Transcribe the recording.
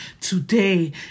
today